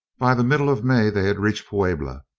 by the middle of may they had reached puebla,